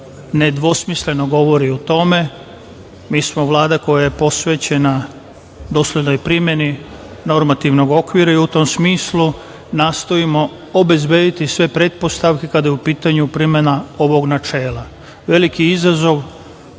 nedvosmisleno govori o tome. Mi smo Vlada koja je posvećena doslednoj primeni normativnog okvira i u tom smislu nastojimo obezbediti sve pretpostavke kada je u pitanju primena ovog načela. Veliki izazov